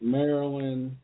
Maryland